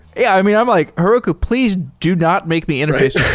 yeah i mean, i'm like, heroku, please do not make me interface